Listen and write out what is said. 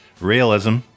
Realism